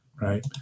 Right